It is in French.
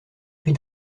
prix